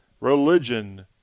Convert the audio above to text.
religion